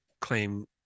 claim